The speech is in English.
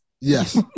Yes